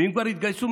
ואם כבר התגייסו,